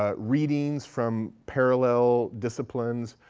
ah readings from parallel disciplines,